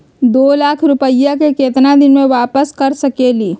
दो लाख रुपया के केतना दिन में वापस कर सकेली?